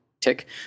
tick